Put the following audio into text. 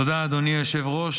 תודה, אדוני היושב-ראש.